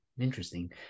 interesting